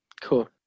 cool